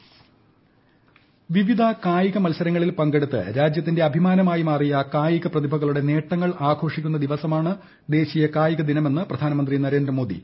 പ്രധാനമന്ത്രി വിവിധ കായിക മത്സരങ്ങളിൽ പങ്കെടുത്ത് രാജ്യത്തിന്റെ അഭിമാനമായി മാറിയ കായിക പ്രതിഭകളുടെ നേട്ടങ്ങൾ ആഘോഷിക്കുന്ന ദിവസമാണ് ദേശീയ കായിക ദിനമെന്ന് പ്രധാനമന്ത്രി നരേന്ദ്രമോദി